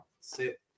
sit